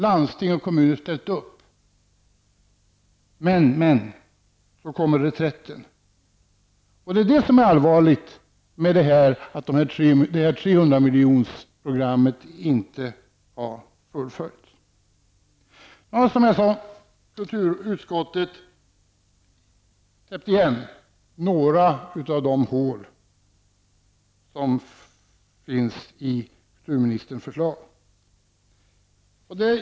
Landsting och kommuner har ställt upp, men sedan kommer reträtten. Det är det allvarliga med att 300 miljonersprogrammet inte har fullföljts. Som jag sade har kulturutskottet täppt igen några av de hål som finns i kulturministerns förslag.